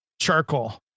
charcoal